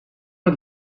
het